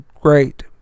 great